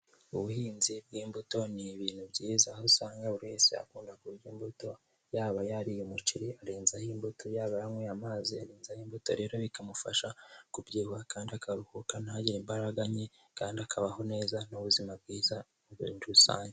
Ubuhinzi bw'imbuto ni ibintu byiza, aho usanga buri wese akunda kurya imbuto, yaba yariye umuceri arenzaho imbuto, yaba yanyweye amazi arenzaho imbuto, rero bikamufasha kubyibuha kandi akaruhuka ntagire imbaraga nke kandi akabaho neza n'ubuzima bwiza muri rusange.